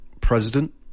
president